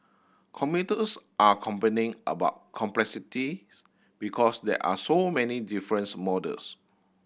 commuters are complaining about complexities because there are so many difference models